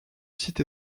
site